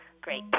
great